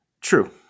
True